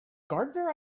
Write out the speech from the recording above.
gardener